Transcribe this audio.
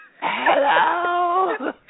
Hello